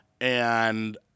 And-